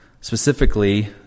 Specifically